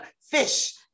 fish